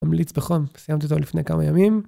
ממליץ בחום, סיימתי אותו לפני כמה ימים.